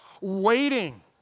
waiting